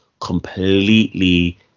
completely